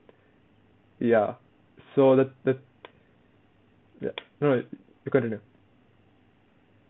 ya so the the ya no it you continue